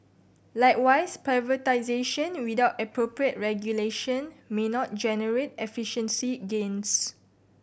likewise privatisation without appropriate regulation may not generate efficiency gains